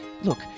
Look